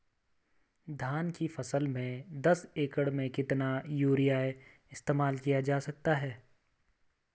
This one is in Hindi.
धान की फसल में दस एकड़ में कितना यूरिया इस्तेमाल किया जा सकता है?